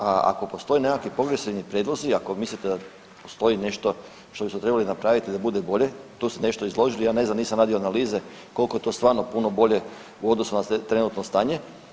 A ako postoje nekakvi … [[Govornik se ne razumije]] prijedlozi, ako mislite da postoji nešto što bismo trebali napraviti da bi bilo bolje, tu ste nešto izložili, ja ne znam, nisam radio analize kolko je to stvarno puno bolje u odnosu na trenutno stanje.